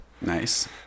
Nice